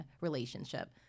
relationship